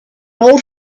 old